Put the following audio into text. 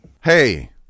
hey